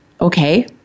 Okay